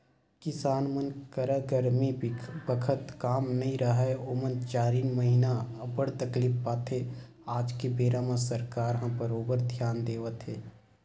किसान मन करा गरमी बखत काम नइ राहय ओमन चारिन महिना अब्बड़ तकलीफ पाथे आज के बेरा म सरकार ह बरोबर धियान देवत हे